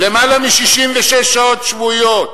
יותר מ-66 שעות שבועיות.